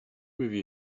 movie